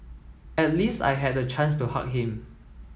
at least I had a chance to hug him